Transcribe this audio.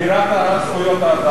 אבירת זכויות האדם.